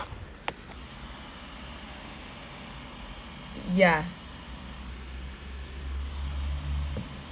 ya